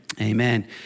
Amen